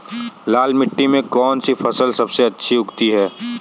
लाल मिट्टी में कौन सी फसल सबसे अच्छी उगती है?